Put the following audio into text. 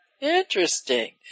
interesting